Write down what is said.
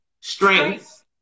strengths